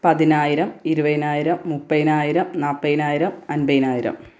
പതിനായിരം ഇരുപതിനായിരം മുപ്പതിനായിരം നാൽപ്പതിനായിരം അൻപതിനായിരം